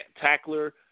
tackler